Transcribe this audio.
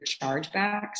chargebacks